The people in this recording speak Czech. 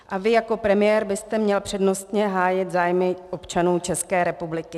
A vy jako premiér byste měl přednostně hájit zájmy občanů České republiky.